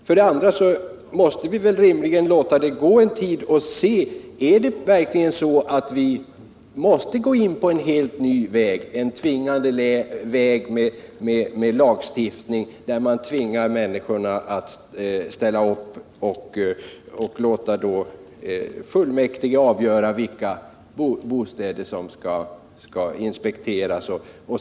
För det andra måste vi väl rimligen låta det gå en tid och se om det verkligen förhåller sig så att vi nödgas slå in på en helt ny väg med lagstiftning, där man tvingar människorna att ställa upp och låta kommunfullmäktige avgöra vilka bostäder som skall inspekteras.